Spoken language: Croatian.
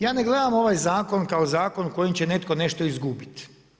Ja ne gledam ovaj zakon kao zakon u kojem će netko nešto izgubiti.